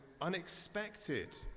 unexpected